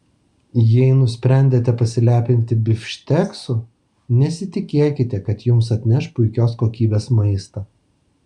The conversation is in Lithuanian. jei nusprendėte pasilepinti bifšteksu nesitikėkite kad jums atneš puikios kokybės maistą